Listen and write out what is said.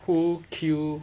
who kill